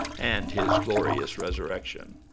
and his glorious resurrection.